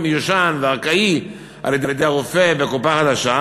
מיושן וארכאי על-ידי הרופא בקופה חדשה,